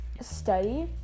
study